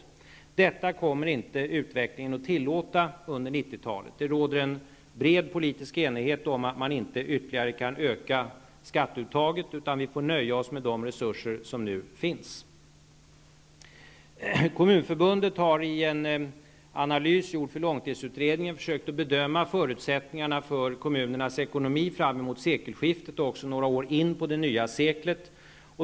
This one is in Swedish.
Utvecklingen under 90-talet kommer inte att tillåta detta. Det råder en bred politisk enighet om att vi inte ytterligare kan öka skatteuttaget, utan vi får nöja oss med de resurser som nu finns. Kommunförbundet har i en analys, gjord för långtidsutredningen, försökt bedöma förutsättningarna för kommunernas ekonomi framemot sekelskiftet och också några år in på det nya seklet.